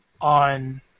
on